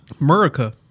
Murica